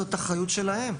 זו אחריות שלהם.